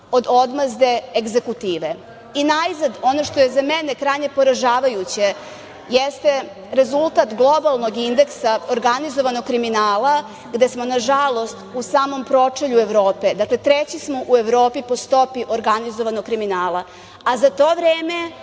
od odmazde egzekutive. Najzad, ono što je za mene krajnje poražavajuće jeste rezultat globalnog indeksa organizovanog kriminala, gde smo, nažalost, u samom pročelju Evrope. Dakle, treći smo u Evropi po stopi organizovanog kriminala, a za to vreme